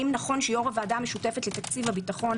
האם נכון שיו"ר הוועדה המשותפת לתקציב הביטחון